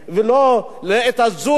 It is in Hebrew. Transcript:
ולא לעת הזאת,